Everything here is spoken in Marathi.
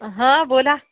हं बोला